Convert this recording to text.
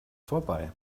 vorbei